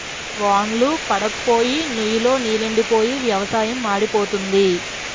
వాన్ళ్లు పడప్పోయి నుయ్ లో నీలెండిపోయి వ్యవసాయం మాడిపోయింది